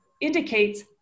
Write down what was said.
indicates